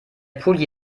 pulli